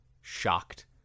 shocked